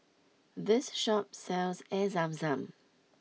this shop sells Air Zam Zam